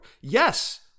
Yes